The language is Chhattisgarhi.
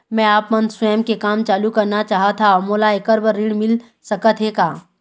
मैं आपमन स्वयं के काम चालू करना चाहत हाव, मोला ऐकर बर ऋण मिल सकत हे का?